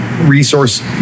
resource